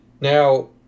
Now